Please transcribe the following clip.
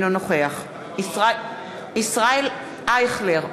אינו נוכח ישראל אייכלר,